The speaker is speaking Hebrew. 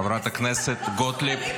חברת הכנסת גוטליב,